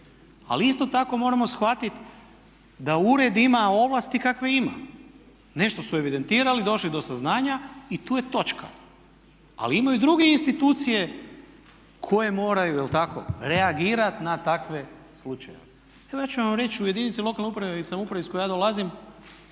Ali isto tako moramo shvatiti da ured ima ovlasti kakve ima. Nešto su evidentirali, došli do saznanja i tu je točka. Ali imaju i druge institucije koje moraju, je li tako, reagirati na takve slučajeve. Evo ja ću vam reći u jedinici lokalne uprave i samouprave iz koje ja dolazim,